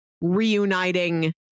reuniting